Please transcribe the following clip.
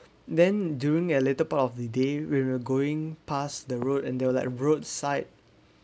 then during a later part of the day we were going past the road and they were like roadside